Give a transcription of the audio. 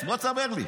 בוא תספר לי.